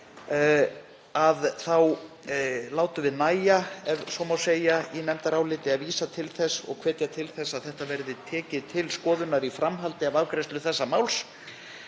— látum við nægja, ef svo má segja, í nefndaráliti að vísa til þess og hvetja til að þetta verði tekið til skoðunar í framhaldi af afgreiðslu þessa máls,